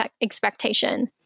expectation